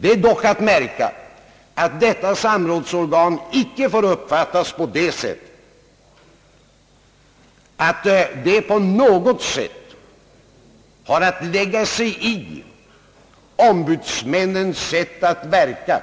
Det är dock att märka att detta samrådsorgan inte får uppfattas på det sättet, att det på något sätt har att lägga sig i ombudsmännens sätt att verka